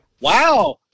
wow